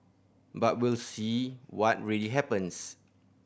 but we'll see what really happens